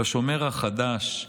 בשומר החדש,